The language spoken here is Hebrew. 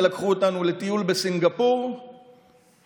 ולקחו אותנו לטיול בסינגפור ועוד.